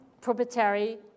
proprietary